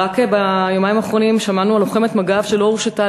ביומיים האחרונים שמענו שלוחמת מג"ב לא הורשתה